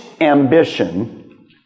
ambition